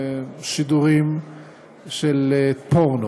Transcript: לשידורים של פורנו.